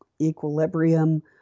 equilibrium